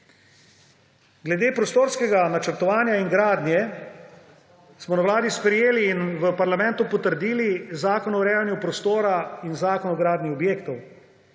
Glede prostorskega načrtovanja in gradnje smo na vladi sprejeli in v parlamentu potrdili Zakon o urejanju prostora in Zakon o gradnji objektov,